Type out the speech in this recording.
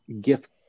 gift